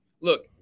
look